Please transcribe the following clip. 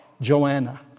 Joanna